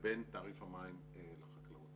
לבין תעריף המים לחקלאות.